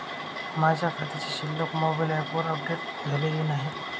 माझ्या खात्याची शिल्लक मोबाइल ॲपवर अपडेट झालेली नाही